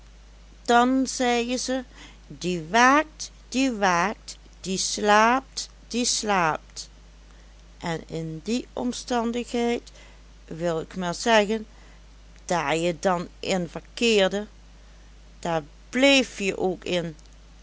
dan zeien ze die waakt die waakt die slaapt die slaapt en in die omstandigheid wil ik maar zeggen daar je dan in verkeerde daar bleef je ook in